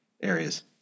areas